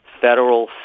federal